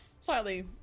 slightly